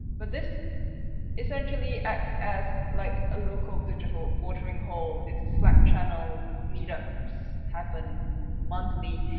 but this essentially acts as like a local, digital watering hole. it's a slack channel, meetups happen monthly.